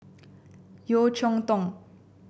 Yeo Cheow Tong